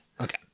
Okay